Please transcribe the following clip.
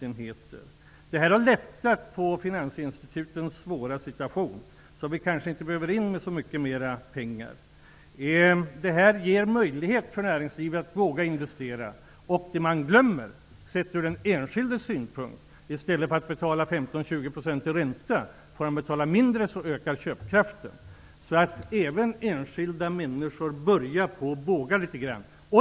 Det här förhållandet har lättat finansinstitutens svåra situation, så de behöver kanske inte hjälpas med så mycket mer pengar. Det här bidrar till att näringslivet vågar investera. Det man emellertid glömmer, sett från den enskildes synpunkt, är att köpkraften ökar om man i stället för att betala 15-20 % i ränta får betala mindre. Så även enskilda människor börjar våga litet mer.